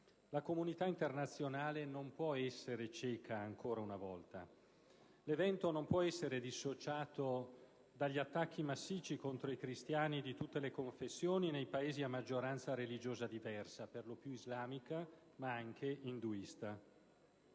la comunità internazionale non può essere cieca ancora una volta. L'evento non può essere dissociato dagli attacchi massicci contro i cristiani di tutte le confessioni nei Paesi a maggioranza religiosa diversa, per lo più islamica ma anche induista.